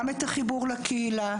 גם את החיבור לקהילה,